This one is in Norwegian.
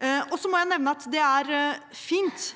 Så må jeg nevne at det er fint